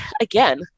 again